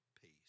peace